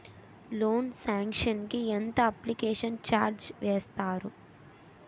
Loan sanction కి ఎంత application charge వేస్తారు?